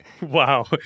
Wow